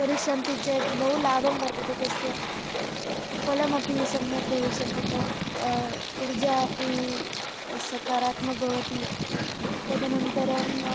करिष्यन्ति चेत् बहु लाभः वर्तते तस्य फलमपि सम्यक् भविष्यन्ति तत् ऊर्जा अपि सकारात्मकम् भवति तदनन्तरम्